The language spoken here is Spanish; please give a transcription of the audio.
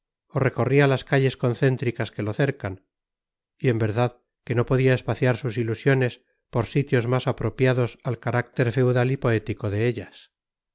recorría las calles concéntricas que lo cercan y en verdad que no podía espaciar sus ilusiones por sitios más apropiados al carácter feudal y poético de ellas